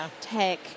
tech